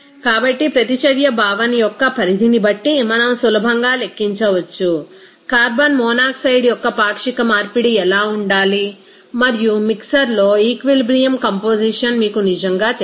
కాబట్టి ప్రతిచర్య భావన యొక్క పరిధిని బట్టి మనం సులభంగా లెక్కించవచ్చు కార్బన్ మోనాక్సైడ్ యొక్క పాక్షిక మార్పిడి ఎలా ఉండాలి మరియు మిక్సర్లో ఈక్విలిబ్రియమ్ కొంపోజిషన్ మీకు నిజంగా తెలుసు